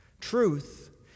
Truth